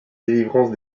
délivrance